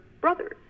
brothers